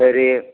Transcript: சரி